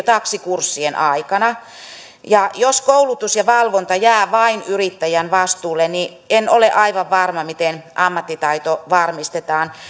taksikurssien aikana jos koulutus ja valvonta jää vain yrittäjän vastuulle niin en ole aivan varma miten ammattitaito varmistetaan